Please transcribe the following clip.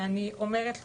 ואני אומרת לכם,